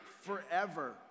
forever